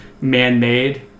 man-made